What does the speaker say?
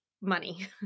money